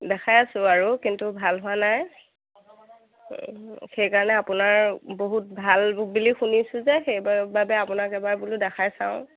দেখাই আছোঁ আৰু কিন্তু ভাল হোৱা নাই সেইকাৰণে আপোনাৰ বহুত ভাল বুলি শুনিছোঁ যে সেইবাৰ বাবে বোলো আপোনাক এবাৰ দেখাই চাওঁ